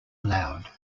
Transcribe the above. allowed